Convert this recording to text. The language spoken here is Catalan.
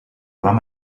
vam